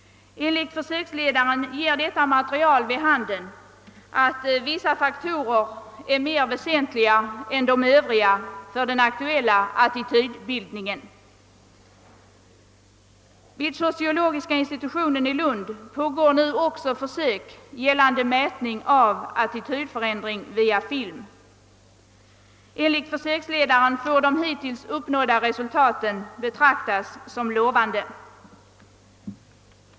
Enligt försöksledaren ger detta material vid handen att vissa faktorer är mer väsentliga än andra för den aktuella attitydbildningen. Vid sociologiska institutionen i Lund pågår nu också försök gällande mätning av attitydändring via film. Enligt försöksledaren får de hittills uppnådda resultaten betraktas som lovande.